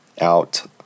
out